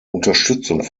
unterstützung